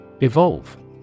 Evolve